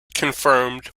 confirmed